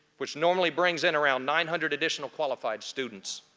which normally brings in around nine hundred additional qualified students.